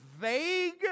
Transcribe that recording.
vague